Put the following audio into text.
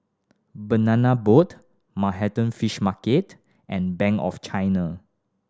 Banana Boat Manhattan Fish Market and Bank of China